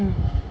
mm